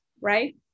right